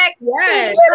Yes